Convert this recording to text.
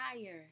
higher